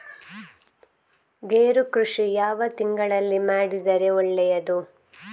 ಗೇರು ಕೃಷಿ ಯಾವ ತಿಂಗಳಲ್ಲಿ ಮಾಡಿದರೆ ಒಳ್ಳೆಯದು?